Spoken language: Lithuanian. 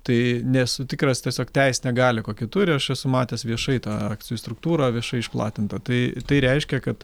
tai nesu tikras tiesiog teisinę galią kokią turi aš esu matęs viešai tą akcijų struktūrą viešai išplatintą tai tai reiškia kad